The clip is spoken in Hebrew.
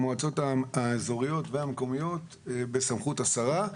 המועצות האזוריות והמקומיות הן בסמכות השרה.